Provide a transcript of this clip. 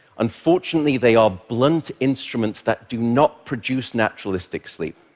unfortunately, they are blunt instruments that do not produce naturalistic sleep.